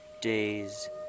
days